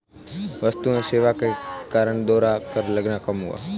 वस्तु एवं सेवा कर के कारण दोहरा कर लगना कम हुआ है